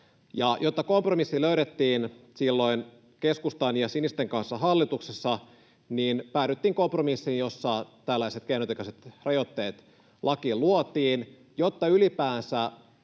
Jotta kompromissi löydettiin silloin keskustan ja sinisten kanssa hallituksessa, päädyttiin kompromissiin, jossa tällaiset keinotekoiset rajoitteet lakiin luotiin — jotta ylipäänsä